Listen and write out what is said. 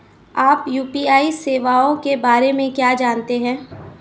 आप यू.पी.आई सेवाओं के बारे में क्या जानते हैं?